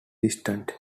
distant